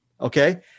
Okay